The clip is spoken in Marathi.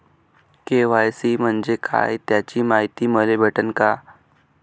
के.वाय.सी म्हंजे काय त्याची मायती मले भेटन का?